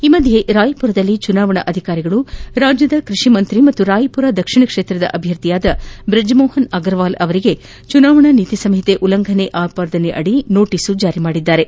ಈ ಮಧ್ಯೆ ರಾಯಪುರದಲ್ಲಿ ಚುನಾವಣಾ ಅಧಿಕಾರಿಗಳು ರಾಜ್ಯದ ಕೈಷಿ ಸಚವ ಹಾಗೂ ರಾಯಪುರ ದಕ್ಷಿಣ ಕ್ಷೇತ್ರದ ಅಭ್ಯರ್ಥಿಗಾಗಿ ಬ್ರಿಜ್ಮೋಪನ್ ಅಗರ್ವಾಲ್ ಅವರಿಗೆ ಚುನಾವಣಾ ನೀತಿ ಸಂಹಿತೆ ಉಲ್ಲಂಘನ ಆಪಾದನೆಯಡಿ ನೋಟೀಸ್ ಜಾರಿಮಾಡಿದ್ದಾರೆ